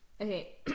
Okay